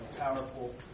powerful